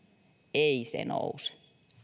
ei se nouse